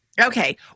Okay